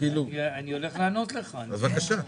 אנחנו מתייחסים לאחוז ההשתתפות מאחוז המועצה,